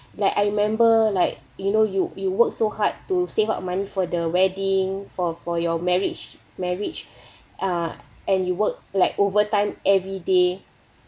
like I remember like you know you you work so hard to save up money for the wedding for for your marriage marriage uh and you work like overtime everyday